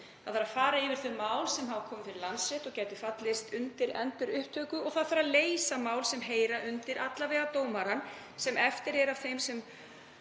Það þarf að fara yfir þau mál sem hafa komið fyrir Landsrétt og gætu fallið undir endurupptöku og það þarf að leysa mál sem heyra undir alla vega dómarann sem eftir er af þeim sem